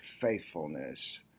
Faithfulness